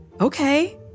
Okay